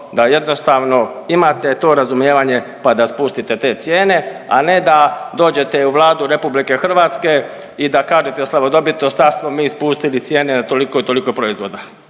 da jednostavno imate to razumijevanje pa da spustite te cijene, a ne da dođete u Vladu RH i da kažete slavodobitno, sad smo mi spustili cijene na toliko i toliko proizvoda.